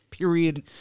Period